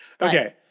okay